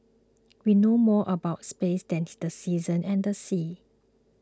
we know more about space than tea the seasons and the seas